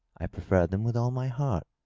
i prefer them with all my heart.